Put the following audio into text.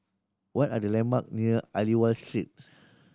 what are the landmark near Aliwal Street